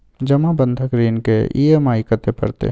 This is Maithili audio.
जमा बंधक ऋण के ई.एम.आई कत्ते परतै?